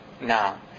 now